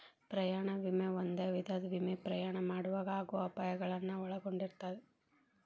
ಪ್ರಯಾಣ ವಿಮೆ ಒಂದ ವಿಧದ ವಿಮೆ ಪ್ರಯಾಣ ಮಾಡೊವಾಗ ಆಗೋ ಅಪಾಯಗಳನ್ನ ಒಳಗೊಂಡಿರ್ತದ